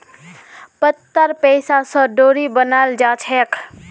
पत्तार रेशा स डोरी बनाल जाछेक